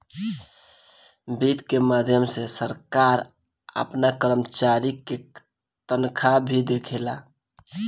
वित्त के माध्यम से सरकार आपना कर्मचारी के तनखाह भी देवेला